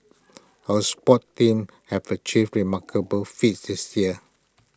our sports teams have achieved remarkable feats this year